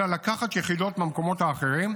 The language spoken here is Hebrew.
אלא לקחת יחידות מהמקומות האחרים.